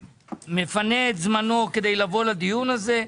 שמפנה את זמנו כדי לבוא לדיון הזה,